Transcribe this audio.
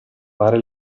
fare